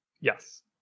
Yes